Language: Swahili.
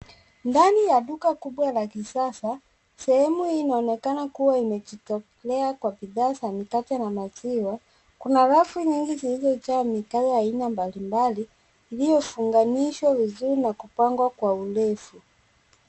Ndani ya duka kubwa la kisasa sehemu hii inaonekana kuwa imejitokelea kwa bidhaa za mikate na maziwa. Kuna rafu nyingi zilizojaa mikate ya aina mbalimbali iliyofunganishwa vizuri na kupangwa kwa urefu.